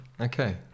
Okay